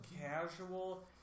casual